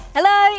Hello